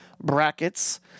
brackets